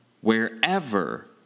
wherever